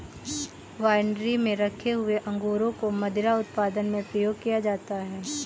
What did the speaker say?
winery में रखे हुए अंगूरों को मदिरा उत्पादन में प्रयोग किया जाता है